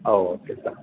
oh okay sir